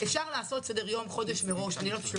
אפשר לעשות סדר יום חודש מראש,